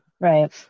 Right